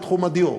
בתחום הדיור.